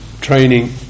training